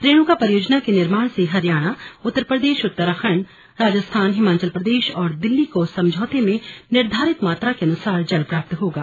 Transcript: रेणुका परियोजना के निर्माण से हरियाणा उत्तर प्रदेश उत्तराखण्ड राजस्थान हिमाचल प्रदेश और दिल्ली को समझौते में निर्धारित मात्रा के अनुसार जल प्राप्त होगा